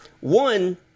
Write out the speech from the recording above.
One